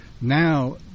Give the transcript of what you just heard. Now